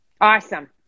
Awesome